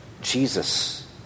Jesus